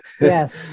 Yes